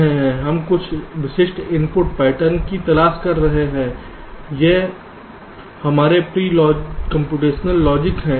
हम कुछ विशिष्ट इनपुट पैटर्न की तलाश कर रहे हैं यह हमारे प्री कंप्यूटेशनल लॉजिक है